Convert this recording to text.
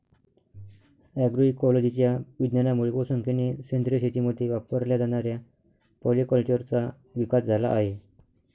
अग्रोइकोलॉजीच्या विज्ञानामुळे बहुसंख्येने सेंद्रिय शेतीमध्ये वापरल्या जाणाऱ्या पॉलीकल्चरचा विकास झाला आहे